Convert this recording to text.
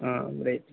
ആ റേറ്റ്